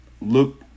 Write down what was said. look